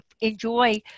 enjoy